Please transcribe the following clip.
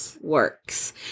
works